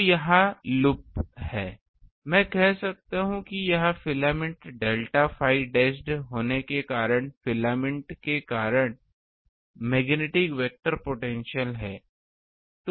तो यह लूप है मैं कह सकता हूं कि यह फिलामेंट डेल्टा phi डैशड होने के कारण फिलामेंट के कारण मैग्नेटिक वेक्टर पोटेंशियल है